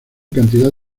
cantidad